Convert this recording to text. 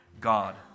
God